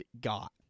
got